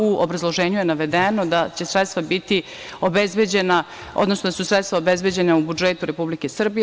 U obrazloženju je navedeno da će sredstva biti obezbeđena, odnosno da su sredstva obezbeđena u budžetu Republike Srbije.